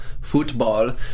Football